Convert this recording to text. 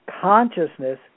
Consciousness